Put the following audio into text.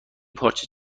پارچه